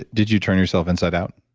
did you turn yourself inside out?